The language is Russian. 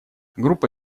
группа